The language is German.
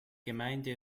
gemeinde